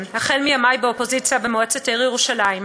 מימי באופוזיציה במועצת העיר ירושלים,